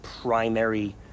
primary